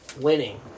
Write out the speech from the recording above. Winning